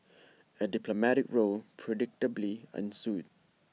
A diplomatic row predictably ensued